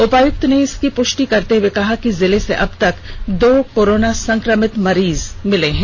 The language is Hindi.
उपायुक्त ने इसकी पुष्टि करते हुए कहा कि जिले से अबतक दो कोरोना संक्रमित मरीज मिल चुके हैं